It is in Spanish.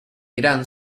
irán